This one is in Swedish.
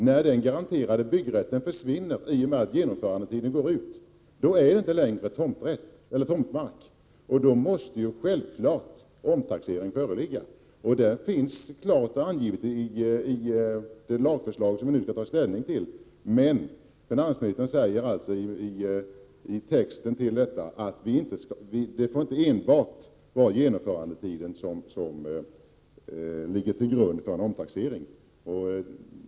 När den garanterade byggrätten försvinner i och med att genomförandetiden går ut, är det inte längre tomtmark. Då måste självfallet omtaxering ske. Detta finns klart angivet i det lagförslag vi nu skall ta ställning till, men finansministern säger i texten att det inte enbart får vara genomförandetiden som ligger till grund för en omtaxering.